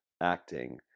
acting